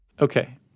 Okay